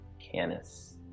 canis